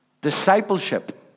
Discipleship